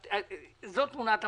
זו תמונת המצב.